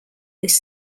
this